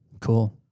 Cool